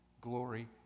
glory